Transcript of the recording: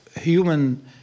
human